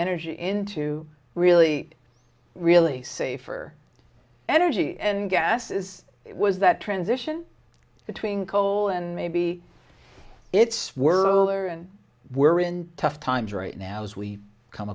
energy into really really safe or energy and gas is was that transition between coal and maybe it's worth and we're in tough times right now as we come